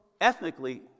ethnically